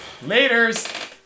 Laters